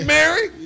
Mary